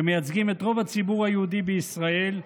שמייצגים את רוב הציבור היהודי בישראל,